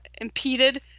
impeded